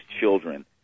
children